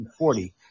1940